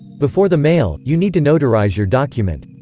before the mail, you need to notarize your document.